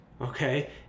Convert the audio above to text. okay